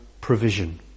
provision